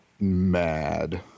Mad